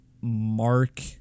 Mark